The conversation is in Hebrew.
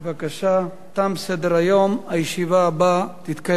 והבריאות נתקבלה.